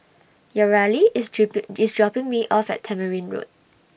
Yareli IS dripping IS dropping Me off At Tamarind Road